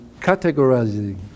categorizing